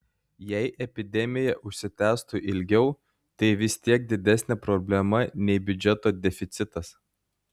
jei epidemija užsitęstų ilgiau tai vis tiek didesnė problema nei biudžeto deficitas